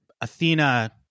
Athena